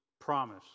promise